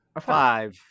Five